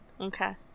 Okay